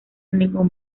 ningún